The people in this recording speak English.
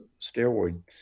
steroid